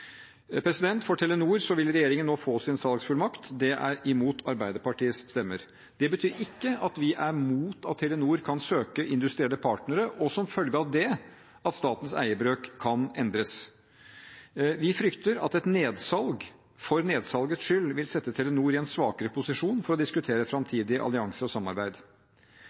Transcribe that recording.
For Telenor vil regjeringen nå få sin salgsfullmakt. Det er imot Arbeiderpartiets stemmer. Det betyr ikke at vi er imot at Telenor kan søke industrielle partnere, og, som følge av det, at statens eierbrøk kan endres. Vi frykter at et nedsalg for nedsalgets skyld vil sette Telenor i en svakere posisjon for å diskutere framtidige allianser og samarbeid.